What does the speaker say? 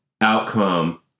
outcome